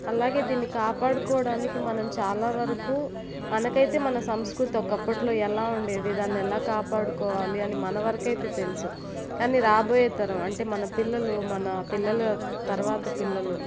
అలాగే దీన్ని కాపాడుకోడానికి మనం చాలా వరకు మనకైతే మన సంస్కృతొకప్పట్లో ఎలా ఉండేది దాన్ని ఎలా కాపాడుకోవాలి అని మనవరకైతే తెలుసు కానీ రాబోయే తరం అంటే మన పిల్లలు మన పిల్లలు తరవాత పిల్లలు